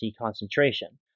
concentration